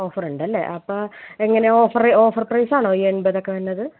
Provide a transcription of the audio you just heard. offer ഉണ്ടല്ലേ അപ്പം എങ്ങനെയാ ഓഫർ ഓഫർ പ്രൈസ് ആണോ ഈ എൺപതൊക്കെ വരണത്